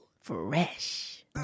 Fresh